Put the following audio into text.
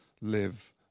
live